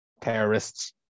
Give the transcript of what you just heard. terrorists